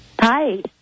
Hi